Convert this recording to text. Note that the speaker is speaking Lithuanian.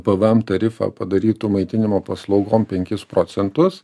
pvm tarifą padarytų maitinimo paslaugom penkis procentus